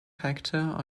factor